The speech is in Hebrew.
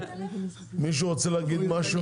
מישהו רוצה להגיד משהו?